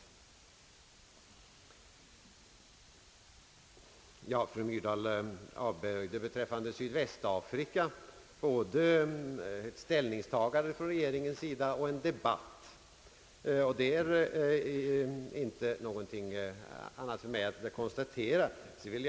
När det gäller Sydvästafrika avböjde fru Myrdal både ett ställningstagande från regeringens sida och en debatt; jag kan inte göra något annat än att konstatera detta.